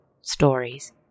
stories